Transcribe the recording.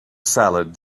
salad